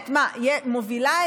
מה היא מובילה?